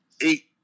eight